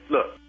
Look